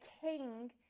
King